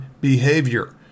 behavior